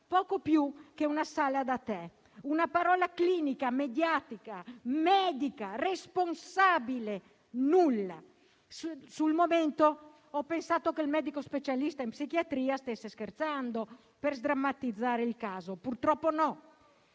poco più che una sala da tè. Una parola clinica, mediatica, medica, responsabile? Nulla. Sul momento ho pensato che il medico specialista in psichiatria stesse scherzando, per sdrammatizzare il caso. Purtroppo no.